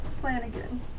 Flanagan